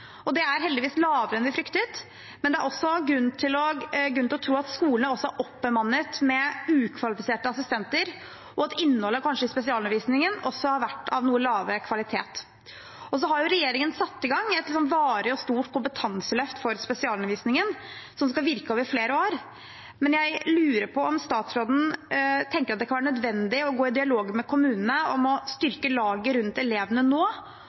Det er heldigvis færre enn vi fryktet, men det er grunn til å tro at skolene har oppbemannet med ukvalifiserte assistenter, og at kanskje innholdet i spesialundervisningen har vært av noe lavere kvalitet. Regjeringen har jo satt i gang et varig og stort kompetanseløft for spesialundervisningen, som skal virke over flere år, men jeg lurer på om statsråden tenker at det kan være nødvendig å gå i dialog med kommunene om å styrke laget rundt elevene nå,